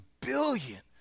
billion